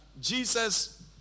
jesus